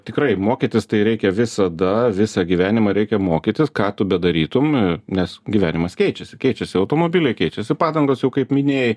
tikrai mokytis tai reikia visada visą gyvenimą reikia mokytis ką tu bedarytum nes gyvenimas keičiasi keičiasi automobiliai keičiasi padangos kaip minėjai